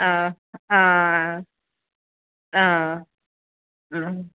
ആ ആ ആ